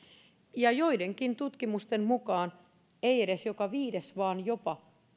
ja joidenkin tutkimusten mukaan ei edes joka viides vaan jopa